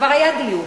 כבר היה דיון.